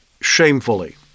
shamefully